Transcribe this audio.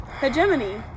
Hegemony